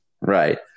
Right